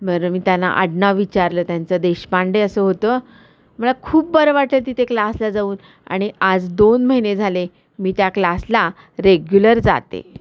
बरं मी त्यांना आडनाव विचारलं त्यांचं देशपांडे असं होतं मला खूप बरं वाटलं तिथे क्लासला जाऊन आणि आज दोन महिने झाले मी त्या क्लासला रेग्युलर जाते